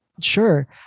Sure